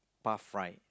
path right